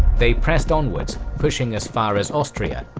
they pressed onwards, pushing as far as austria,